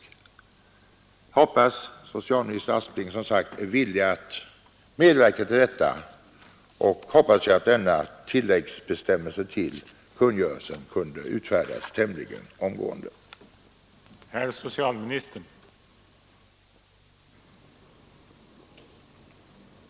Jag hoppas också att denna tilläggsbestämmelse till kungörelsen kan utfärdas tämligen omgående. möjligt nu, då vi fått fram ett par ersättningsmedel. Om nu dessa förhandlingar inte skulle ge resultat, anser jag att man